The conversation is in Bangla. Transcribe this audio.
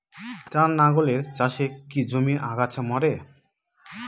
টানা লাঙ্গলের চাষে কি জমির আগাছা মরে?